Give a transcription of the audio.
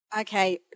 Okay